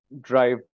drive